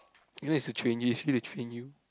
you know is to train you you see to train you